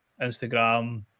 Instagram